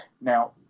Now